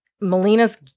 Melina's